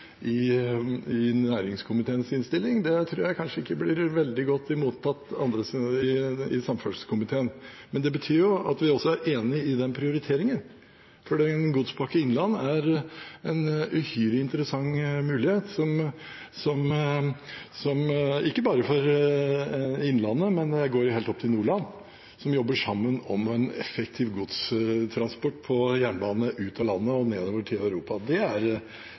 i næringskomiteens innstilling, tror jeg kanskje ikke blir veldig godt mottatt i samferdselskomiteen. Men det betyr jo også at vi er enig i den prioriteringen. «Godspakke Innlandet» er en uhyre interessant mulighet – ikke bare for innlandet, den går jo helt opp til Nordland – der man jobber sammen om en effektiv godstransport på jernbane ut av landet og nedover til Europa.